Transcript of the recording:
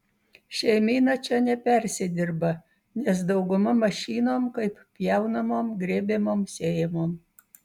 šeimyna čia nepersidirba nes dauguma mašinom kaip pjaunamom grėbiamom sėjamom